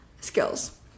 skills